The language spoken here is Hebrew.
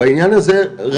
בעניין הזה.